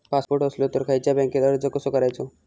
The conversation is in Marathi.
पासपोर्ट असलो तर खयच्या बँकेत अर्ज कसो करायचो?